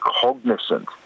cognizant